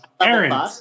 Aaron